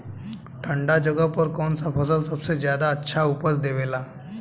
ठंढा जगह पर कौन सा फसल सबसे ज्यादा अच्छा उपज देवेला?